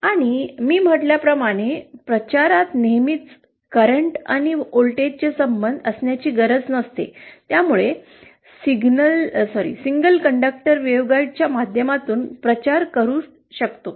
आणि मी म्हटल्याप्रमाणे प्रचारात नेहमीच करंट आणि व्होल्टेज चे संबंध असण्याची गरज नसते त्यामुळे आपण सिंगल कंडक्टर वेव्हगाईड्सच्या माध्यमातून प्रचारही करू शकतो